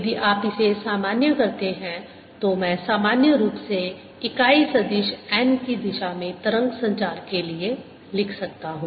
यदि आप इसे सामान्य करते हैं तो मैं सामान्य रूप से इकाई सदिश n की दिशा में तरंग संचार के लिए लिख सकता हूं